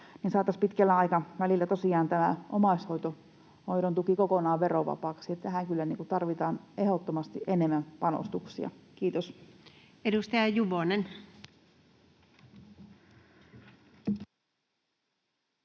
saataisiin pitkällä aikavälillä tosiaan tämä omaishoidon tuki kokonaan verovapaaksi. Tähän kyllä tarvitaan ehdottomasti enemmän panostuksia. — Kiitos. [Speech